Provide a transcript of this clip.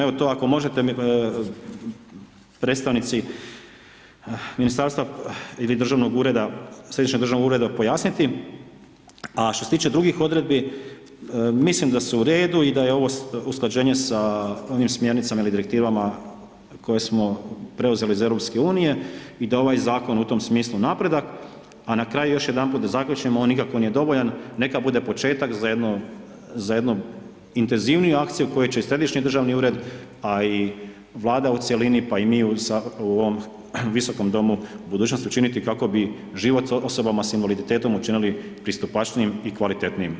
Evo to ako možete mi predstavnici ministarstva ili Središnjeg državnog ureda pojasniti, a što se tiče drugih odredbi, mislim da su u redu i da je ovo usklađenje sa ovim smjernicama ili direktivama koje smo preuzeli iz EU i da ovaj zakon u tom smislu napredak, a na kraju još jedanput da zaključim, ovo nikako nije dovoljan, neka bude početak za jedno intenzivniju akciju koju će Središnji državni ured, a i vlada u cjelini, pa i mi u ovom Visokom domu, budućnosti učiniti, kako bi život osobama invaliditeta učinili pristupačnijim i kvalitetnijim.